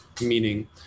Meaning